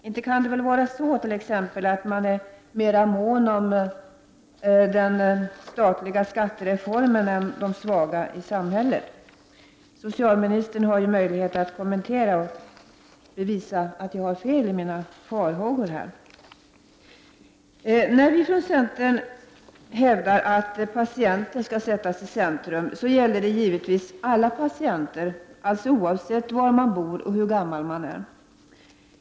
Inte kan man väl t.ex. vara mera mån om den statliga skattereformen än om de svaga i samhället? Socialministern har ju möjlighet att kommentera mina frågor och försöka visa att mina farhågor är ogrundade. När vi från centern hävdar att man måste sätta patienten i centrum gäller det givetvis alla patienter, oavsett var de bor och hur gamla de är.